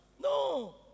No